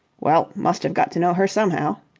well, must have got to know her somehow.